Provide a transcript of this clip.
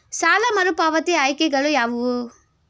ಸಾಲ ಮರುಪಾವತಿ ಆಯ್ಕೆಗಳು ಯಾವುವು?